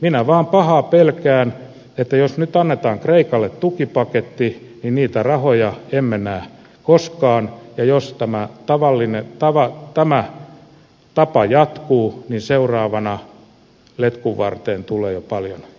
minä vaan pahaa pelkään että jos nyt annetaan kreikalle tukipaketti niin niitä rahoja emme näe koskaan ja jos tämä tapa jatkuu niin seuraavana letkun varteen tulee jo paljon isompi asia